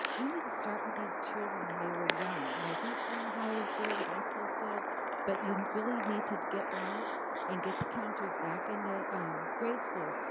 you need to start with these children when they were young and i think junior high is good, high schools good but you really need to get on it and get the counselors back in the grade schools.